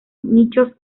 nichos